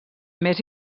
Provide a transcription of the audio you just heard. més